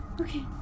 Okay